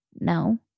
no